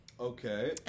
okay